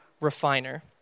Refiner